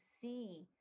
see